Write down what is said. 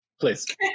Please